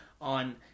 on